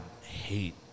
hate